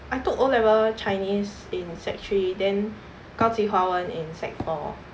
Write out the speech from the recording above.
I took O level chinese in sec three then 高级华文 in sec four